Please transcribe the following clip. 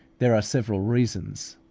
there are several reasons.